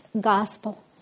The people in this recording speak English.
gospel